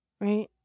right